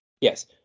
yes